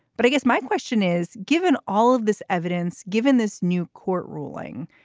but i guess my question is, given all of this evidence, given this new court ruling,